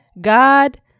God